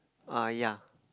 uh ya